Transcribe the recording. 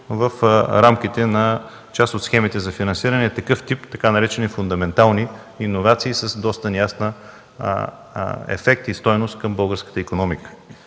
в рамките на част от схемите за финансиране такъв тип така наречени „фундаментални иновации” с доста неясни ефект и стойност към българската икономика.